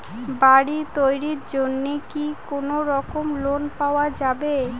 বাড়ি তৈরির জন্যে কি কোনোরকম লোন পাওয়া যাবে?